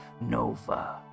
Nova